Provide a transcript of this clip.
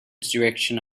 direction